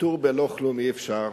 פטור בלא כלום אי-אפשר,